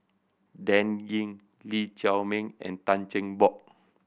Dan Ying Lee Chiaw Meng and Tan Cheng Bock